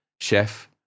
chef